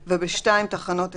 ב-(2) מוסף תחנות הסגר,